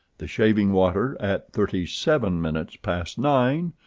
the shaving-water at thirty-seven minutes past nine,